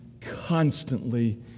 constantly